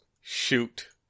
Shoot